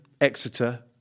Exeter